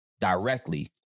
directly